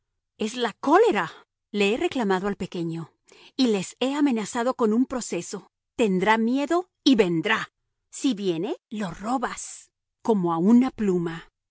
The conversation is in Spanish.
es la cólera le he reclamado el pequeño y les he amenazado con un proceso tendrá miedo y vendrá si viene lo robas como a una pluma